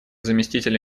заместителя